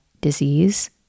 disease